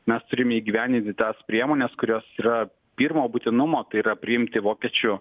mes turime įgyvendinti tas priemones kurios yra pirmo būtinumo tai yra priimti vokiečių